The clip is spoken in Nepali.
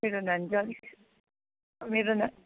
मेरो नानी चाहिँ अलिक मेरो नानी